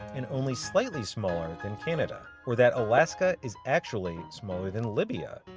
and only slightly smaller than canada. or that alaska is actually smaller than libya.